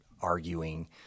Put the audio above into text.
arguing